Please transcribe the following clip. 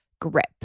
grip